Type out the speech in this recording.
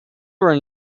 were